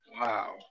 Wow